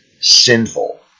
sinful